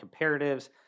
comparatives